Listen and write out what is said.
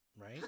right